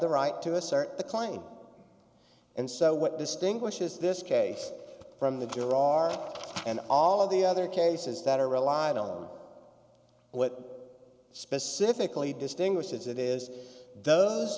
the right to assert the client and so what distinguishes this case from the killer are and all of the other cases that are relied on what specifically distinguishes it is those